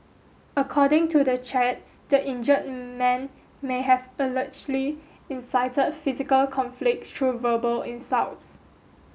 according to the chats the injured man may have allegedly incited physical conflict through verbal insults